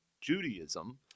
Judaism